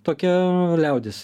tokia liaudis